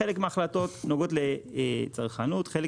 חלק מההחלטות נוגעות לצרכנות, חלק